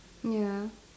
ya